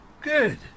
Good